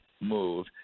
move